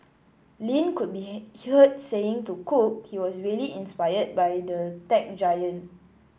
Lin could be heard saying to Cook he was really inspired by the tech giant